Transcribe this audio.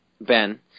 Ben